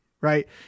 right